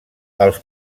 els